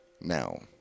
Now